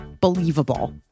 believable